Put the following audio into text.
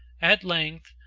at length,